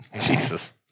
Jesus